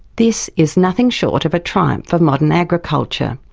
this is nothing short of a triumph for modern agriculture.